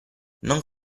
non